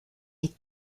est